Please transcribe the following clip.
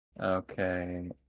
Okay